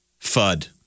Fud